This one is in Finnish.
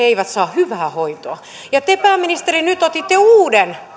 eivät saa hyvää hoitoa ja te pääministeri nyt otitte uuden